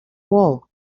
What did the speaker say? wool